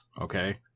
okay